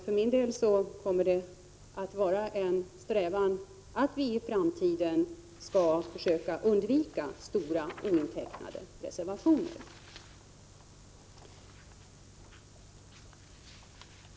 För mig kommer det att vara en strävan att vi i framtiden skall försöka undvika stora, ointecknade reservationer.